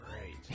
great